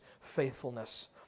faithfulness